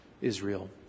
Israel